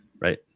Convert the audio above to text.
Right